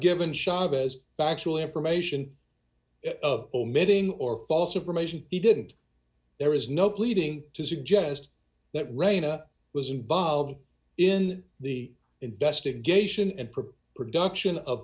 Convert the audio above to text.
given chavez factual information of omitting or false information he didn't there is no pleading to suggest that rayna was involved in the investigation and provide production of